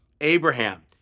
Abraham